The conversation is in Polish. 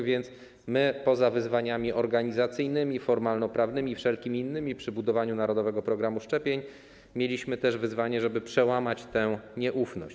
A więc my, poza wyzwaniami organizacyjnymi, formalnoprawnymi i wszelkimi innymi przy budowaniu narodowego programu szczepień, mierzyliśmy się też z wyzwaniem, żeby przełamać tę nieufność.